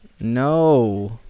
No